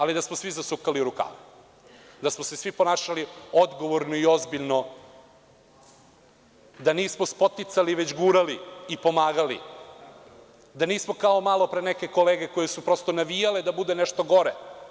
ali da smo svi zasukali rukave, da smo se svi ponašali odgovorno i ozbiljno, da nismo spoticali, već gurali i pomagali, da nismo kao malo pre neke kolege koje su prosto navijale da bude nešto gore.